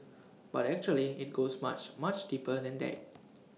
but actually IT goes much much deeper than that